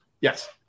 Yes